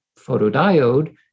photodiode